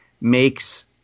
makes –